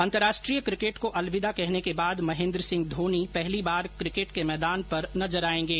अंतरराष्ट्रीय क्रिकेट को अलविदा कहने के बाद महेन्द्र सिंह धोनी पहली बार क्रिकेट के मैदान पर नजर आएंगे